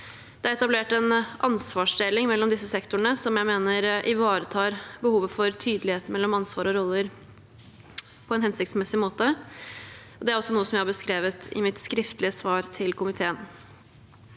Det er etablert en ansvarsdeling mellom disse sektorene som jeg mener ivaretar behovet for tydelighet mellom ansvar og roller på en hensiktsmessig måte. Det er også noe jeg har beskrevet i mitt skriftlige svar til komiteen.